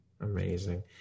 Amazing